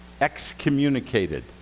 excommunicated